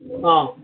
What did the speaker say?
ആ